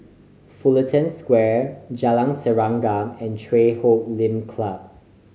Fullerton Square Jalan Serengam and Chui Huay Lim Club